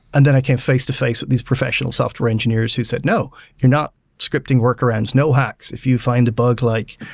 and then i came face-to-face with these professional software engineers who said, no, you're not scripting workarounds. no hacks. if you find a bug like